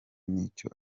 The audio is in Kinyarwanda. n’icyo